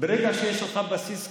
ברגע שיש לך בסיס קיים,